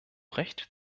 recht